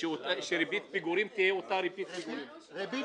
שריבית פיגורים תהיה --- ריבית